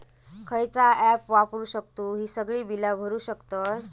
खयचा ऍप वापरू शकतू ही सगळी बीला भरु शकतय?